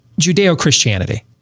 Judeo-Christianity